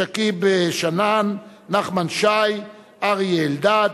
שכיב שנאן, נחמן שי, אריה אלדד.